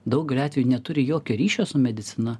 daugeliu atvejų neturi jokio ryšio su medicina